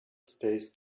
stays